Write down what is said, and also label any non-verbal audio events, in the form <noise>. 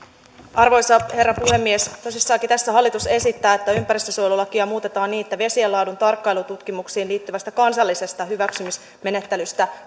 arvoisa herra puhemies tosiaankin tässä hallitus esittää että ympäristönsuojelulakia muutetaan niin että vesien laadun tarkkailututkimuksiin liittyvästä kansallisesta hyväksymismenettelystä <unintelligible>